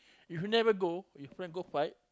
if you never go your friend go fight